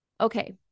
Okay